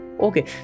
Okay